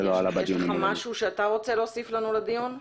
יש משהו שאתה רוצה להוסיף לנו לדיון?